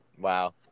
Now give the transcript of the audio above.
Wow